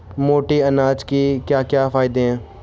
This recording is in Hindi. मोटे अनाज के क्या क्या फायदे हैं?